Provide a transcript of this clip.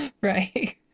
Right